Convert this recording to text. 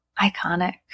iconic